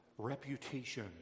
reputation